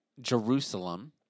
Jerusalem